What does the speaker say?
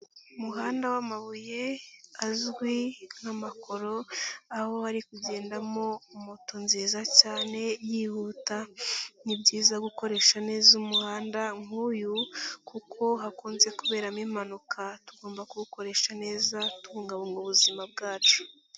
Umuhanda w'amabuye azwi nk'amakoro aho hari kugendamo moto nziza cyane yihuta, ni byiza gukoresha neza umuhanda nk'uyu kuko hakunze kuberamo impanuka, tugomba kuwukoresha neza tubungabunga ubuzima bwacu.